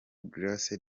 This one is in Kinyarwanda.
grace